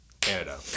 Canada